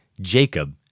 Jacob